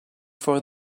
for